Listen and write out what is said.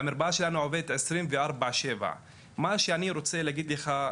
המרפאה שלנו עובדת 247. מה שאני רוצה להגיד לך,